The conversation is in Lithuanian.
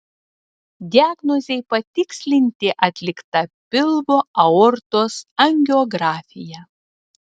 diagnozei patikslinti atlikta pilvo aortos angiografija